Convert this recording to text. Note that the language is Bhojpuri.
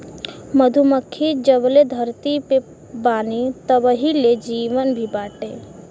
मधुमक्खी जबले धरती पे बानी तबही ले जीवन भी बाटे